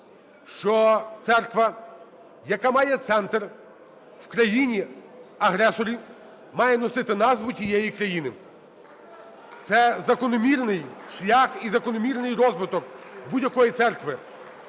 що церква, яка має центр в країні-агресорі, має носити назву тієї країни. Це закономірний шлях і закономірний розвиток будь-якої церкви.